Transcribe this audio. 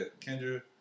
Kendra